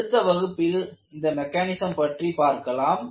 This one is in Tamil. அடுத்த வகுப்பில் இந்த மெக்கானிசம் பற்றி பார்க்கலாம்